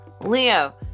Leo